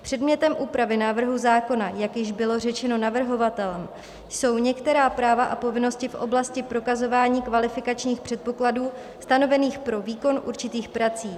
Předmětem úpravy návrhu zákona, jak již bylo řečeno navrhovatelem, jsou některá práva a povinnosti v oblasti prokazování kvalifikačních předpokladů stanovených pro výkon určitých prací.